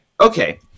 okay